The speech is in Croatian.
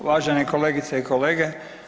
uvažene kolegice i kolege.